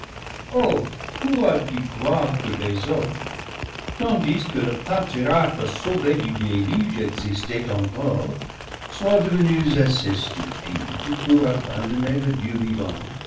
croire que les hommes tandis que le pa triarche sauvé du déluge existait encore soient devenus assez stupides pour abandonner le dieu vivant